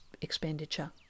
expenditure